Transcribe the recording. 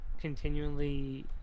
continually